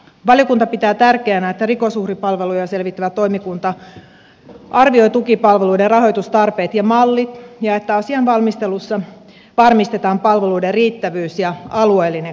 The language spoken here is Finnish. valiokunta pitää tärkeänä että rikosuhripalveluja selvittävä toimikunta arvioi tukipalveluiden rahoitustarpeet ja mallit ja että asian valmistelussa varmistetaan palveluiden riittävyys ja alueellinen kattavuus